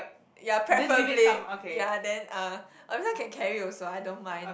ya preferably ya then uh this one can carry also I don't mind